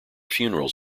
funerals